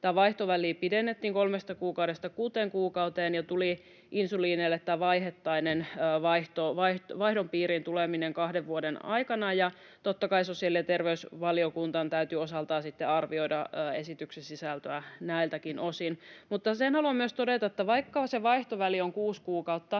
vaihtoväli pidennettiin kolmesta kuukaudesta kuuteen kuukauteen ja tuli insuliineille tämä vaiheittainen vaihdon piiriin tuleminen kahden vuoden aikana, ja totta kai sosiaali‑ ja terveysvaliokunnan täytyy osaltaan sitten arvioida esityksen sisältöä näiltäkin osin. Mutta sen haluan myös todeta, että vaikka se vaihtoväli on kuusi kuukautta,